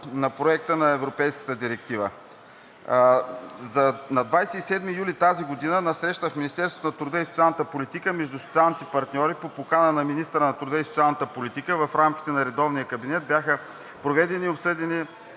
на Проекта на Европейската директива. На 27 юли 2022 г. на среща в Министерството на труда и социалната политика между социалните партньори по покана на министъра на труда и социалната политика в рамките на редовния кабинет бяха представени и обсъдени